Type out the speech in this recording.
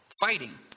fighting